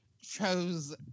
chose